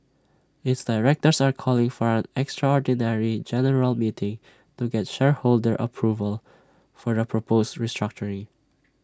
its directors are calling for an extraordinary general meeting to get shareholder approval for the proposed restructuring